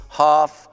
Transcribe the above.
half